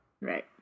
Right